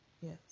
Yes